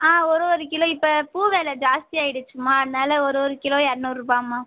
ஆ ஒரு ஒரு கிலோ இப்போ பூ வில ஜாஸ்தியாக ஆயிடுச்சும்மா அதனால் ஒரு ஒரு கிலோ இரநூறுபாம்மா